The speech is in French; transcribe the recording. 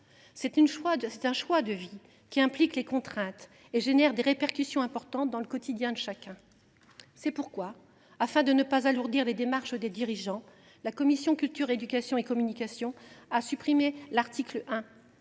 C’est un choix de vie, qui implique des contraintes et a des répercussions importantes sur le quotidien de chacun. C’est pourquoi, afin de ne pas alourdir les démarches des dirigeants, la commission de la culture, de l’éducation, de la communication et du sport a supprimé l’article 1,